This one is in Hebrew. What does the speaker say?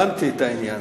הבנתי את העניין.